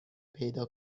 پیدا